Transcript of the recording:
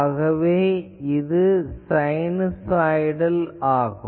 ஆகவே இது சைனுசாய்டல் ஆகும்